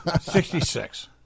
Sixty-six